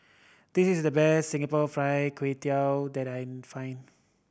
this is the best Singapore Fried Kway Tiao that I can find